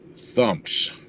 thumps